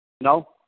No